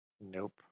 Nope